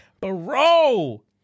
bro